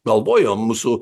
galvojom mūsų